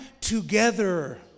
together